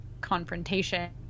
confrontation